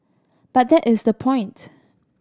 but that is the point